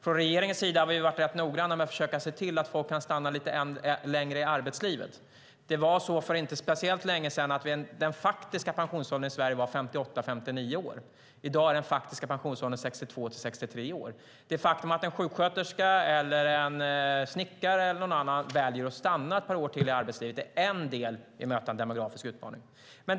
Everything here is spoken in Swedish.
Från regeringens sida har vi varit rätt noga med att försöka se till att folk kan stanna lite längre i arbetslivet. För inte speciellt länge sedan var den faktiska pensionsåldern i Sverige 58-59 år. I dag är den faktiska pensionsåldern 62-63 år. Det faktum att en sjuksköterska, en snickare eller någon annan väljer att stanna ett par år till i arbetslivet är en del i att möta den demografiska utmaningen.